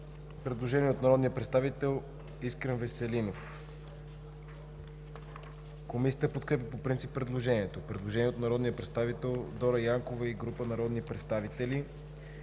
предложение от народния представител Искрен Веселинов. Комисията подкрепя предложението. Има предложение от народния представител Дора Янкова и група народни представители.